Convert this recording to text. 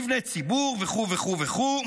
מבני ציבור וכו' וכו' וכו'.